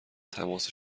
تماس